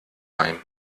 heim